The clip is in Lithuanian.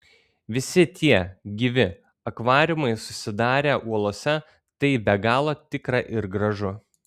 visi tie gyvi akvariumai susidarę uolose tai be galo tikra ir gražu